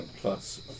plus